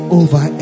over